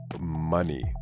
money